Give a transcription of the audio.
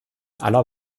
aller